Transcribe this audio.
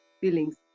feelings